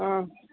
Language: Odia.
ଅଁ